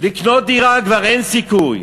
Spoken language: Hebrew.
לקנות דירה כבר אין סיכוי,